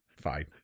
fine